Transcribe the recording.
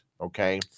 Okay